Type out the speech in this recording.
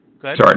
Sorry